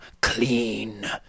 clean